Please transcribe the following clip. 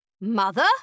Mother